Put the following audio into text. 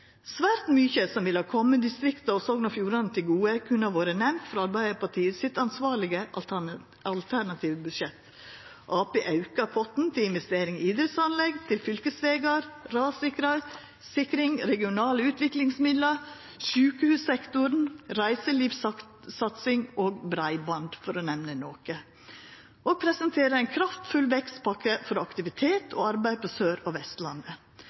Svært mykje som ville ha kome distrikta og Sogn og Fjordane til gode, kunne vore nemnt frå Arbeidarpartiets ansvarlege, alternative budsjett. Arbeidarpartiet aukar potten til investering i idrettsanlegg, til fylkesvegar, rassikring, regionale utviklingsmidlar, sjukehussektoren, reiselivssatsing og breiband, for å nemna noko, og presenterer ei kraftfull vekstpakke for aktivitet og arbeid på Sør- og Vestlandet.